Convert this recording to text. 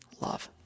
love